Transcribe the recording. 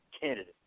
candidates